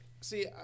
See